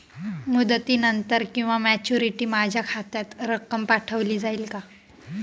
मुदतीनंतर किंवा मॅच्युरिटी माझ्या खात्यात रक्कम पाठवली जाईल का?